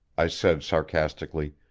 i said sarcastically